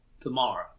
tomorrow